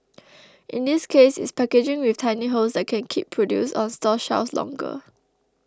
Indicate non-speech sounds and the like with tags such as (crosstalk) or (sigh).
(noise) in this case it's packaging with tiny holes that can keep produce on store shelves longer